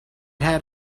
had